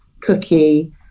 Cookie